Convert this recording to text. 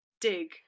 dig